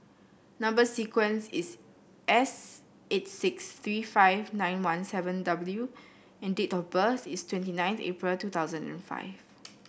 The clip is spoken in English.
number sequence is S eight six three five nine one seven W and date of birth is twenty nine April two thousand and five